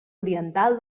oriental